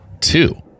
Two